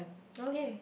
okay